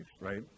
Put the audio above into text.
right